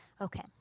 Okay